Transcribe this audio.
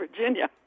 Virginia